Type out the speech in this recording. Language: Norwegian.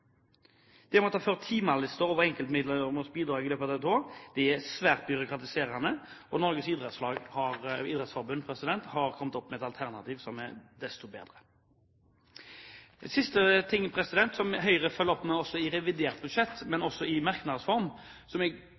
Det å måtte føre timelister over enkeltmedlemmers bidrag i løpet av ett år er svært byråkratiserende. Norges Idrettsforbund har kommet opp med et alternativ som er mye bedre. Sist: Noe som Høyre følger opp i revidert budsjett, men også i